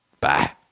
bye